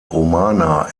romana